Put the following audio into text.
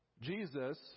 Jesus